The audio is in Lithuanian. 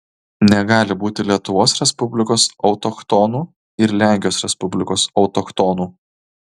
negali būti lietuvos respublikos autochtonų ir lenkijos respublikos autochtonų